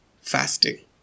fasting